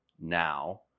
now